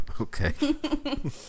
Okay